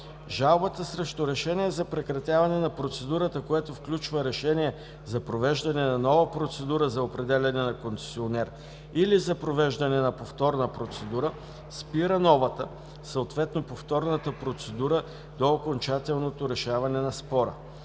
Жалбата срещу решение за прекратяване на процедурата, което включва решение за провеждане на нова процедура за определяне на концесионер или за провеждане на повторна процедура, спира новата, съответно повторната процедура до окончателното решаване на спора.